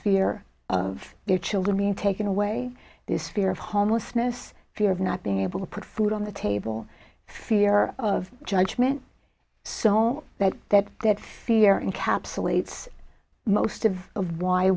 fear of their children being taken away this fear of homelessness fear of not being able to put food on the table fear of judgment so all that that that fear encapsulates most of of why